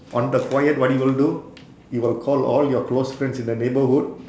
on the quiet what you will do you will call all your close friends in the neighbourhood